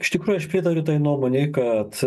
iš tikrųjų aš pritariu tai nuomonei kad